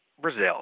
brazil